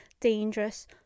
dangerous